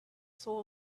soul